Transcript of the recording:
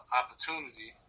opportunity